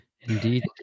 Indeed